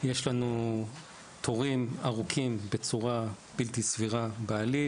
יש לנו תורים ארוכים בצורה בלתי סבירה בעליל,